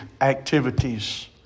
activities